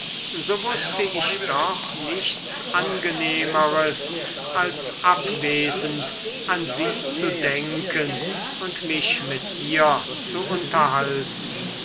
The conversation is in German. so wußte ich doch nichts angenehmeres als abwesend an sie zu denken und mich mit ihr zu unterhalten